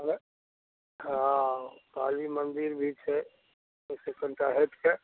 हँ हँ काली मन्दिर भी छै ओहिसे कनिटा हटिके